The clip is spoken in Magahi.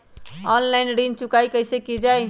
ऑनलाइन ऋण चुकाई कईसे की ञाई?